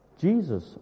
Jesus